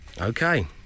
Okay